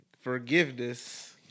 forgiveness